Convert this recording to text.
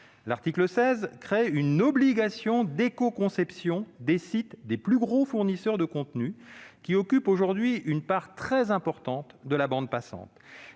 L'article 16 crée une obligation d'écoconception des sites des plus gros fournisseurs de contenus, qui occupent aujourd'hui une part très importante de la bande passante.